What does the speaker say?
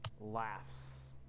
laughs